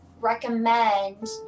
recommend